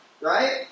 right